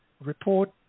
report